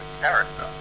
character